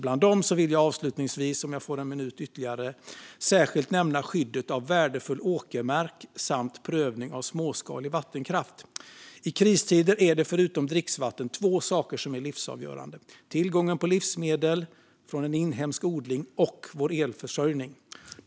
Bland dem vill jag avslutningsvis särskilt nämna skyddet av värdefull åkermark samt prövning av småskalig vattenkraft. I kristider är det förutom dricksvatten två saker som är livsavgörande: tillgången på livsmedel från en inhemsk odling och vår elförsörjning.